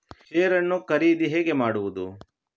Share ನ್ನು ಖರೀದಿ ಹೇಗೆ ಮಾಡುವುದು?